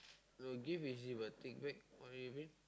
to give easy but take back what do you do